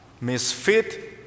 misfit